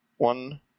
One